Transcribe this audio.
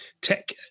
tech